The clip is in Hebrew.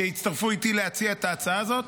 שהצטרפו איתי להציע את ההצעה הזאת,